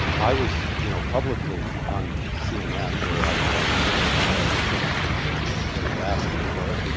i was, you know, publicly, on cnn where i could only speak, because they they were asking for it